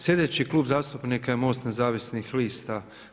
Slijedeći Klub zastupnika je MOST nezavisnih lista.